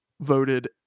voted